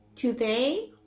Today